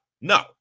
No